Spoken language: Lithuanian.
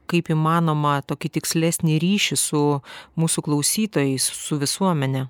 kaip įmanoma tokį tikslesnį ryšį su mūsų klausytojais su visuomene